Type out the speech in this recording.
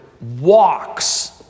walks